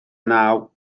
naw